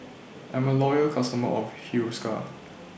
I'm A Loyal customer of Hiruscar